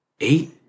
Eight